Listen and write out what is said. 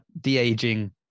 de-aging